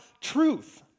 truth